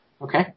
Okay